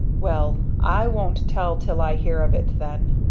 well i won't tell till i hear of it then.